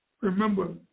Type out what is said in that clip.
remember